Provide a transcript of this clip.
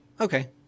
okay